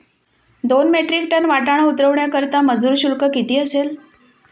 दोन metric tonne वाटाणा उतरवण्याकरता मजूर शुल्क किती असेल?